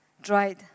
dried